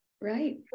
Right